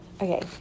Okay